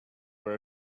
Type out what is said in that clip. were